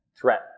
Threat